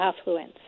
affluence